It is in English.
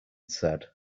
said